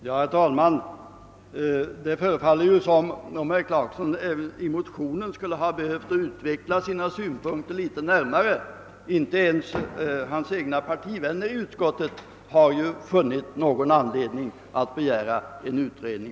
Herr talman! Det förefaller som om herr Clarkson skulle ha behövt utveckla sina synpunkter litet närmare i motionen. Inte ens hans egna partivänner i utskottet har ju funnit någon anledning att begära en utredning.